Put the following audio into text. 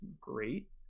great